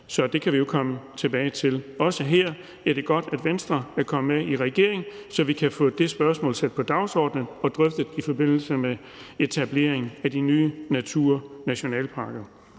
Så det kan vi jo komme tilbage til. Også her er det godt, at Venstre er kommet i regering, så vi kan få det spørgsmål sat på dagsordenen og drøftet i forbindelse med etablering af de nye naturnationalparker.